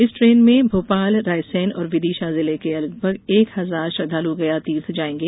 इस ट्रेन में भोपाल रायसेन और विदिशा जिले के लगभग एक हजार श्रद्वालु गया तीर्थ जाएंगे